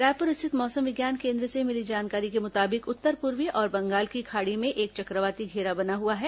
रायपुर स्थित मौसम विज्ञान केन्द्र से मिली जानकारी के मुताबिक उत्तर पूर्वी और बंगाल की खाड़ी में एक चक्रवाती घेरा बना हुआ है